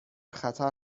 خطر